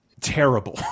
Terrible